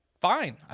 fine